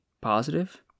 positive